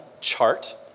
chart